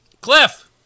Cliff